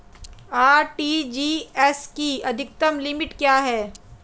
RTGS की अधिकतम limit क्या है?